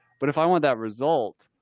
but if i want that result,